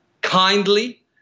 kindly